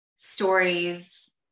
stories